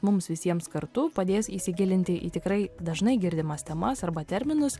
mums visiems kartu padės įsigilinti į tikrai dažnai girdimas temas arba terminus